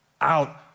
out